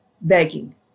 begging